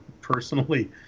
personally